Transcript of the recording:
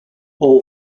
all